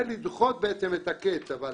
ולדחות את הקץ, אבל